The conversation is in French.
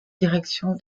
direction